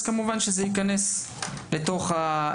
כמובן זה ייכנס להסדר.